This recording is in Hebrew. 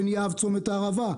עין יהב-צומת הערבה.